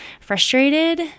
frustrated